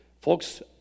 Folks